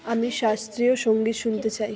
আমি শাস্ত্রীয় সঙ্গীত শুনতে চাই